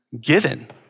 given